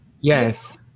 Yes